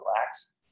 relax